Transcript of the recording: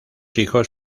hijos